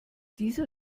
dieser